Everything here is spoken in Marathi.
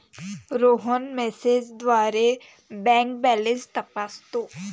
रोहन मेसेजद्वारे त्याची बँक बॅलन्स तपासतो